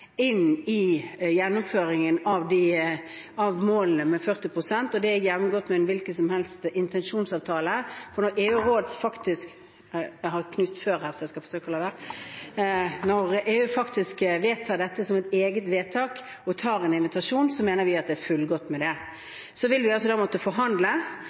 inn i gjennomføringen av målet på 40 pst., og det er jevngodt med en hvilken som helst intensjonsavtale. Når EU faktisk fatter et eget vedtak om dette og kommer med en invitasjon, mener vi at det er fullgodt. Så vil vi altså da måtte forhandle